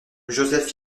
joseph